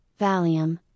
Valium